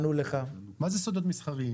מה זה סודות מסחריים?